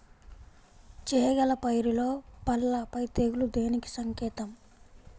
చేగల పైరులో పల్లాపై తెగులు దేనికి సంకేతం?